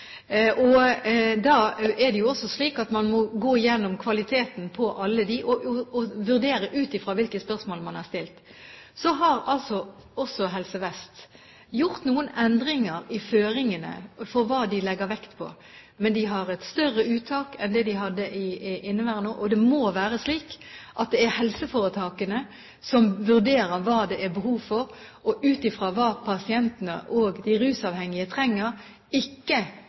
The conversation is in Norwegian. man må gå gjennom kvaliteten på dem og vurdere ut fra hvilke spørsmål man har stilt. Så har altså Helse Vest gjort noen endringer i føringene for hva de legger vekt på. Men de har et større uttak enn det de hadde i inneværende år. Det må være slik at det er helseforetakene som vurderer hva det er behov for, og ut fra hva pasientene og de rusavhengige trenger, ikke